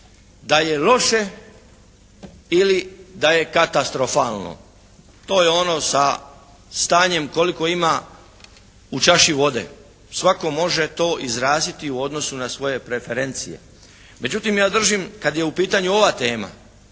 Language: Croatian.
da je loše ili da je katastrofalno. To je ono sa stanjem koliko ima u čaši vode. Svako može to izraziti u odnosu na svoje preferencije. Međutim ja držim kad je u pitanju ova tema